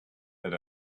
that